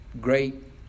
great